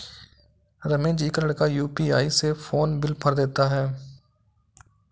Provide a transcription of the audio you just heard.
रमेश जी का लड़का यू.पी.आई से फोन बिल भर देता है